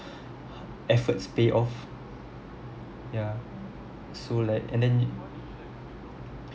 efforts pay off ya so like and then